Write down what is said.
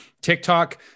TikTok